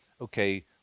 okay